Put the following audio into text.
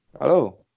Hello